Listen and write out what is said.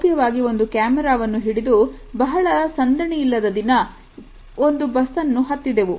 ಗೌಪ್ಯವಾಗಿ ಒಂದು ಕ್ಯಾಮರಾವನ್ನು ಹಿಡಿದು ಬಹಳ ಸಂದಣಿಯಿಲ್ಲದ ದಿನ ಒಂದು ಬಸ್ಸನ್ನು ಹತ್ತಿದೆವು